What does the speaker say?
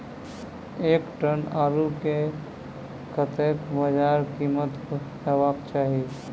एक टन आलु केँ कतेक बजार कीमत हेबाक चाहि?